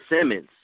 Simmons